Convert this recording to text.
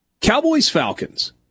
Cowboys-Falcons